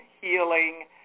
healing